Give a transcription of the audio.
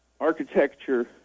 architecture